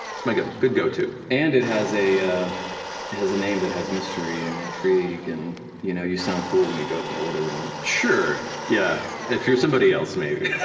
it's my good good go to. and it has a has a name that has mystery and intrigue and you know you sound cool when you go up and order one. sure, yeah, if you're somebody else maybe.